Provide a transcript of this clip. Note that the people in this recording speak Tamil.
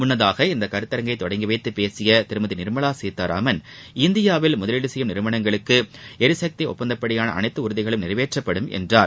முன்னதாக இந்த கருத்தரங்கை தொடங்கி வைத்து பேசிய திருமதி நிர்மலா சீதாராமன் இந்தியாவில் முதலீடு செய்யும் நிறுவனங்களுக்கு ளிசக்தி ஒப்பந்தப்படியான அனைத்து உறுதிகளும் நிறைவேற்றப்படும் என்றார்